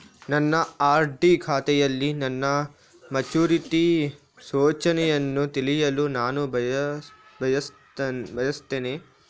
ನನ್ನ ಆರ್.ಡಿ ಖಾತೆಯಲ್ಲಿ ನನ್ನ ಮೆಚುರಿಟಿ ಸೂಚನೆಯನ್ನು ತಿಳಿಯಲು ನಾನು ಬಯಸ್ತೆನೆ